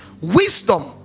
Wisdom